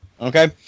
Okay